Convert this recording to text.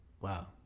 Wow